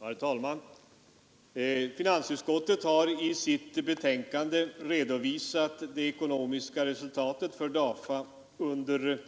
Herr talman! Finansutskottet har i sitt betänkande redovisat det ekonomiska resultatet för DAFA under